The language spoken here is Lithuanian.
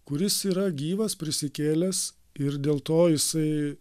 kuris yra gyvas prisikėlęs ir dėl to jisai